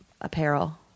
apparel